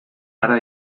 hara